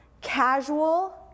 Casual